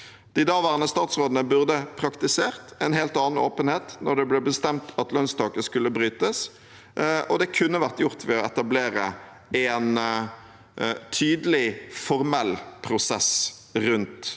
De daværende statsrådene burde praktisert en helt annen åpenhet når det ble bestemt at lønnstaket skulle brytes. Det kunne vært gjort ved å etablere en tydelig formell prosess rundt